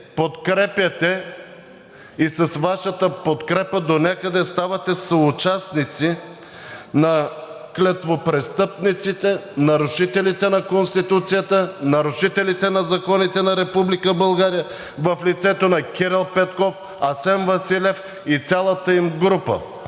подкрепяте и с Вашата подкрепа донякъде ставате съучастници на клетвопрестъпниците, нарушителите на Конституцията, нарушителите на законите на Република България в лицето на Кирил Петков, Асен Василев и цялата им група.